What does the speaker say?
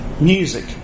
music